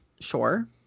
Sure